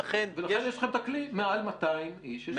ולכן יש לכם את הכלי מעל 200 איש.